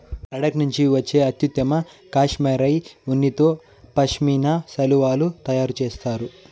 లడఖ్ నుండి వచ్చే అత్యుత్తమ కష్మెరె ఉన్నితో పష్మినా శాలువాలు తయారు చేస్తారు